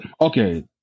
okay